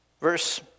Verse